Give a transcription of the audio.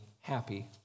happy